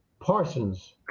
Parsons